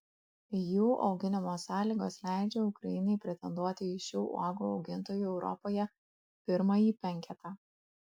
jų auginimo sąlygos leidžia ukrainai pretenduoti į šių uogų augintojų europoje pirmąjį penketą